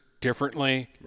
differently